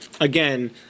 again